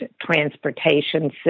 transportation